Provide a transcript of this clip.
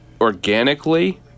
organically